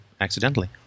accidentally